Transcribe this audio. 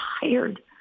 tired